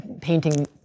painting